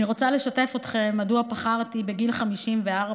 אני רוצה לשתף אתכם מדוע בחרתי בגיל 54,